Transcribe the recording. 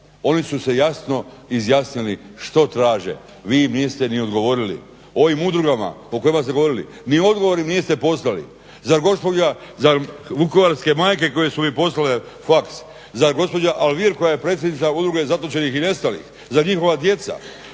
Oni su se jasno izjasnili što traže, vi im niste ni odgovorili. Ovim udrugama o kojima ste govorili ni odgovoran mi niste poslali, zar gospođa, zar vukovarske majke koje su mi poslale fax, zar gospođa Alvir koja je predsjednica udruge zatočenih i nestalih, zar njihova djeca,